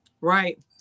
right